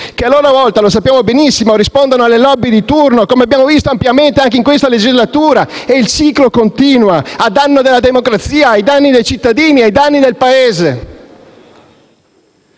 a loro volta - come sappiamo benissimo - rispondono alle *lobby* di turno, come abbiamo visto ampiamente anche in questa legislatura. E il ciclo continua, a tutto danno della democrazia, a danno dei cittadini e a danno del Paese.